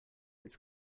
its